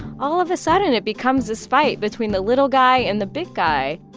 all of a sudden it becomes this fight between the little guy and the big guy